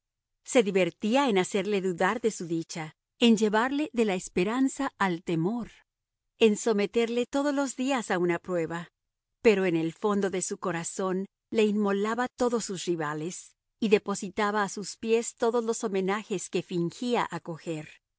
se divertía en hacerle dudar de su dicha en llevarle de la esperanza al temor en someterle todos los días a una prueba pero en el fondo de su corazón le inmolaba todos su rivales y depositaba a sus pies todos los homenajes que fingía acoger